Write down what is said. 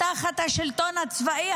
תחת השלטון הצבאי,